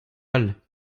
all